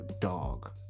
dog